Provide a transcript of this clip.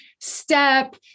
step